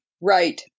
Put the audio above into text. Right